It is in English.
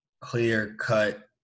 clear-cut